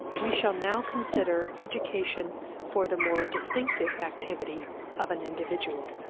we shall now consider education for the more distinctive activity of an individual.